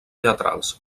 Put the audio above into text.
teatrals